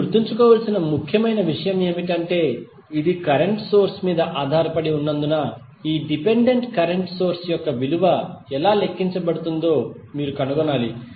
మీరు గుర్తుంచుకోవలసిన ముఖ్యమైన విషయం ఏమిటంటే ఇది కరెంట్ సోర్స్ మీద ఆధారపడి ఉన్నందున ఈ డిపెండెంట్ కరెంట్ సోర్స్ యొక్క విలువ ఎలా లెక్కించబడుతుందో మీరు కనుగొనాలి